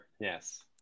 yes